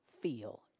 feel